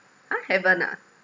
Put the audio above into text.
!huh! haven't ah